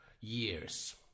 years